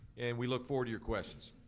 and we look forward to your questions.